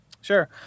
Sure